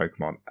Pokemon